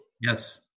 Yes